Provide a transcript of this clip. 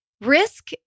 risk